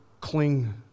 cling